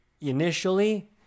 initially